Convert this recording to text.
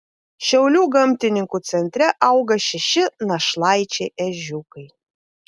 šiaulių gamtininkų centre auga šeši našlaičiai ežiukai